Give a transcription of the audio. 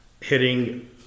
hitting